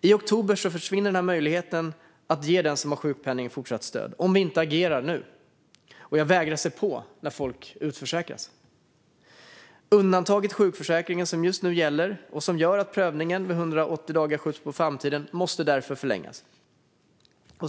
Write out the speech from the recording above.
I oktober försvinner möjligheten att ge den som har sjukpenning fortsatt stöd, om vi inte agerar nu. Jag vägrar se på när folk utförsäkras. Undantaget i sjukförsäkringen, som just nu gäller och som gör att prövningen vid 180 dagar skjuts på framtiden, måste därför förlängas.